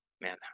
Man